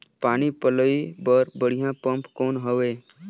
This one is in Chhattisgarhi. पानी पलोय बर बढ़िया पम्प कौन हवय?